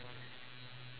oh no